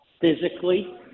physically